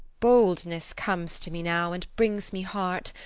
boldness comes to me now and brings me heart.